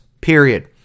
Period